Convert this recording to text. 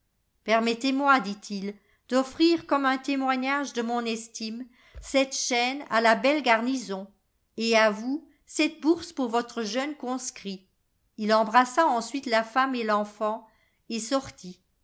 permettez-moi dit-il d'offrir comme un témoignage de mon estime cette chaîne à la belle garnison et à vous cette bourse pour votre jeune conscrit il embrassa ensuite la femme et l'enfant et sortit